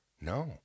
No